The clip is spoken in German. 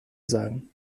sagen